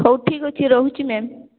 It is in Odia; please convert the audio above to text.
ହଉ ଠିକ୍ ଅଛି ରହୁଛି ମ୍ୟାମ୍